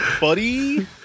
buddy